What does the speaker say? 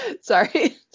Sorry